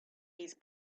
his